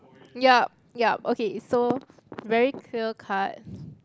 ya ya okay so very clear cut